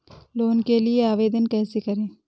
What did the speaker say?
Loan के लिए आवेदन कैसे करें?